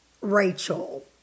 Rachel